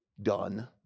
done